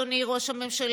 אדוני ראש הממשלה,